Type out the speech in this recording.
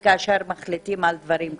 כאשר מחליטים על דברים כאלה.